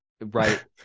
Right